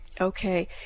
Okay